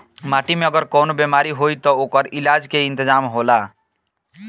माटी में अगर कवनो बेमारी होई त ओकर इलाज के इंतजाम होला